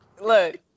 Look